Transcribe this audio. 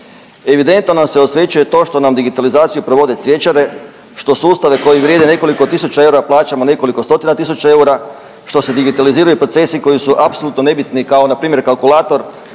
Evidentno nam se osvećuje to što nam digitalizaciju provode cvjećare, što sustave koji vrijede nekoliko tisuća eura plaćamo nekoliko stotina tisuća eura, što se digitaliziraju procesi koji su apsolutno nebitni, kao npr. kalkulator